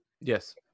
yes